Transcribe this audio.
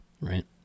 right